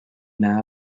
now